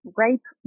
rape